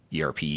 ERP